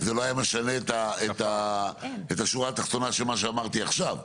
זה לא היה משנה את השורה התחתונה של מה שאמרתי עכשיו.